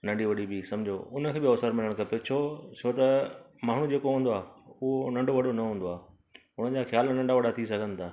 नंढी वॾी बि समुझो हुनखे बि अवसर मिलणु खपे छो छो त माण्हू जेको हूंदो आहे उहा नंढो वॾो न हूंदो आहे हुननि जा ख़्यालु नंढा वॾा थी सघनि था